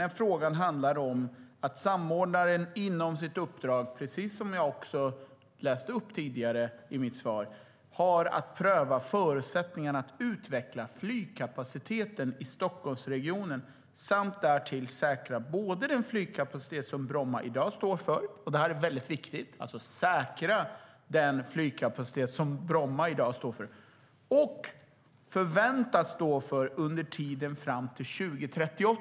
Men frågan handlar om att samordnaren inom sitt uppdrag, precis som jag sa i mitt svar, har att pröva förutsättningarna att utveckla flygkapaciteten i Stockholmsregionen samt därtill säkra både den flygkapacitet som Bromma i dag står för - det är viktigt; alltså säkra den flygkapacitet som Bromma i dag står för - och förväntas stå för under tiden fram till 2038.